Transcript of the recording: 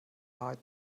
hide